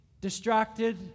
distracted